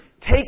take